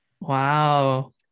Wow